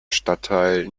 stadtteil